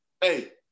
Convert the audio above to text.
Hey